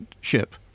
ship